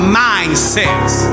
mindsets